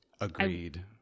Agreed